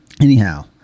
anyhow